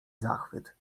zachwyt